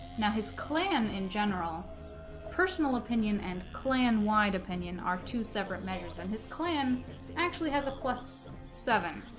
now his clan in general personal opinion and clan wide opinion are two separate mayors and his clan actually has a plus seven